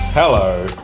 Hello